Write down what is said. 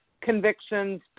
convictions